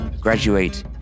graduate